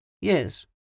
Yes